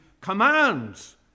commands